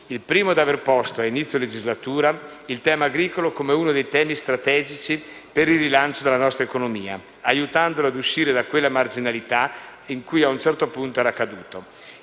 Il primo è di aver posto, a inizio legislatura, il tema agricolo come uno dei temi strategici per il rilancio della nostra economia, aiutandolo ad uscire da quella marginalità in cui a un certo punto era caduto.